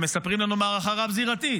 הם מספרים לנו על מערכה רב-זירתית,